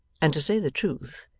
and, to say the truth,